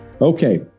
Okay